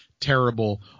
terrible